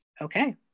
Okay